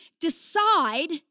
decide